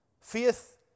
Faith